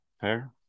Fair